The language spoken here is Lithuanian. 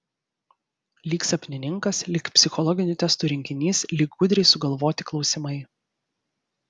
lyg sapnininkas lyg psichologinių testų rinkinys lyg gudriai sugalvoti klausimai